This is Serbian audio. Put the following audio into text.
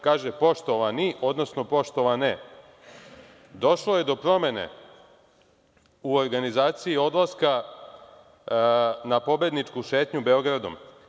Kaže: „Poštovani, odnosno poštovane, došlo je do promene u organizaciji odlaska na pobedničku šetnju Beogradom.